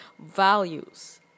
values